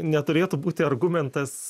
neturėtų būti argumentas